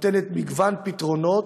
נותנת מגוון פתרונות,